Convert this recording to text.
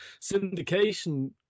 syndication